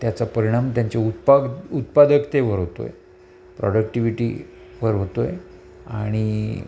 त्याचा परिणाम त्यांचे उत्पाद उत्पादकतेवर होतोय प्रॉडक्टिव्हिटी वर होतोय आणि